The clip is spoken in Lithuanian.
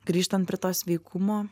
grįžtant prie to sveikumo